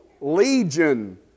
legion